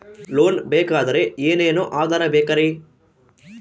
Loan ಬೇಕಾದ್ರೆ ಏನೇನು ಆಧಾರ ಬೇಕರಿ?